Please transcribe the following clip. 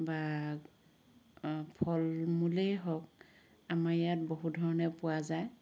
বা ফল মূলেই হওক আমাৰ ইয়াত বহু ধৰণে পোৱা যায়